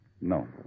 No